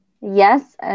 Yes